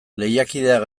lehiakideak